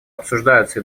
обсуждаются